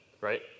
right